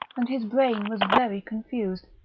and his brain was very confused.